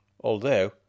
although